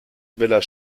welcher